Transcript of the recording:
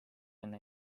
enne